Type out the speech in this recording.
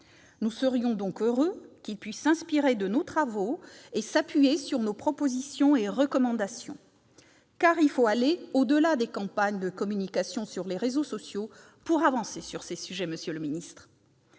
Nous serions donc heureux que celui-ci puisse s'inspirer de nos travaux, s'appuyer sur nos propositions et recommandations, ... Tout à fait !... car il faut aller au-delà des campagnes de communication sur les réseaux sociaux pour avancer sur ces sujets, monsieur